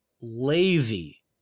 lazy